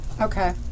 Okay